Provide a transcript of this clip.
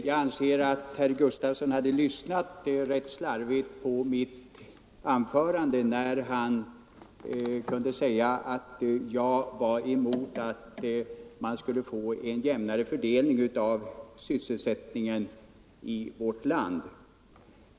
Herr talman! Herr Gustavsson i Alvesta lyssnade tydligen rätt slarvigt på mitt anförande, när han kunde säga att jag var emot en jämnare fördelning av sysselsättningen i vårt land.